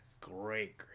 great